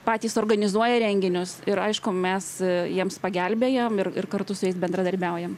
patys organizuoja renginius ir aišku mes jiems pagelbėjam ir ir kartu su jais bendradarbiaujam